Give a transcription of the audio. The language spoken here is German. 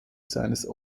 seines